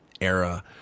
era